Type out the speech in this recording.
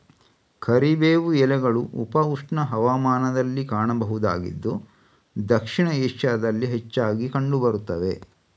ಕರಿಬೇವು ಎಲೆಗಳು ಉಪ ಉಷ್ಣ ಹವಾಮಾನದಲ್ಲಿ ಕಾಣಬಹುದಾಗಿದ್ದು ದಕ್ಷಿಣ ಏಷ್ಯಾದಲ್ಲಿ ಹೆಚ್ಚಾಗಿ ಕಂಡು ಬರುತ್ತವೆ